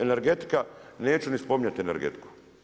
Energetika, neću ni spominjati energetiku.